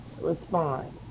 respond